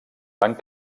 van